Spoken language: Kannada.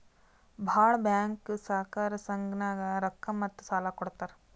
ಭಾಳ್ ಬ್ಯಾಂಕ್ ಸಹಕಾರ ಸಂಘನಾಗ್ ರೊಕ್ಕಾ ಮತ್ತ ಸಾಲಾ ಕೊಡ್ತಾರ್